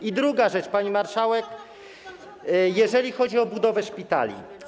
I druga rzecz, pani marszałek, jeżeli chodzi o budowę szpitali.